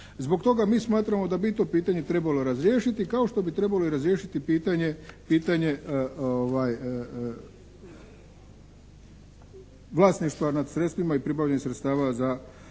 Zbog toga mi smatramo da bi i to pitanje trebalo razriješiti kao što bi trebalo i razriješiti pitanje vlasništva nad sredstvima i pribavljanjem sredstava za